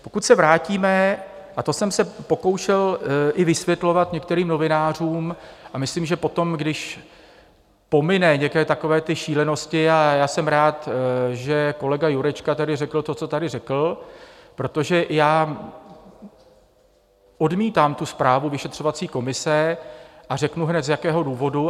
Pokud se vrátíme, a to jsem se pokoušel i vysvětlovat některým novinářům, a myslím, že potom, když pominou některé takové ty šílenosti, a já jsem rád, že kolega Jurečka tedy řekl to, co tady řekl, protože já tu zprávu vyšetřovací komise, a řeknu hned, z jakého důvodu.